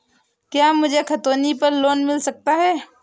क्या मुझे खतौनी पर लोन मिल सकता है?